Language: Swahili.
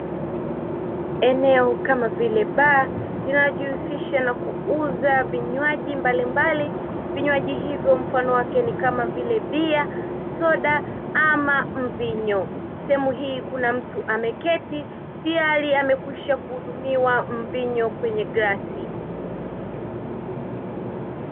Eneo kama vile baa linalojihusisha na kuuza vinywaji mbalimbali; vinywaji hivyo mfano wake ni kama vile bia, soda ama mvinyo. Sehemu hii kuna mtu ameketi tayari amekwisha kuhudumiwa mvinyo kwenye glasi.